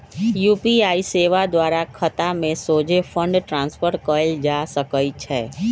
UPI सेवा द्वारा खतामें सोझे फंड ट्रांसफर कएल जा सकइ छै